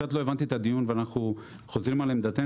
קצת לא הבנתי את הדיון ואנו חוזרים על עמדתנו